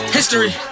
history